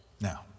Now